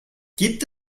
gibt